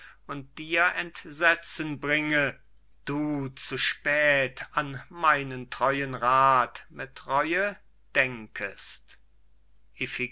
und dir entsetzen bringe du zu spät an meinen treuen rath mit reue denkest